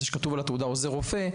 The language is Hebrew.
העובדה שכתוב על התעודה "עוזר רופא",